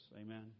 Amen